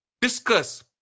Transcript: discuss